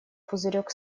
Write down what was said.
пузырек